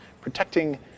protecting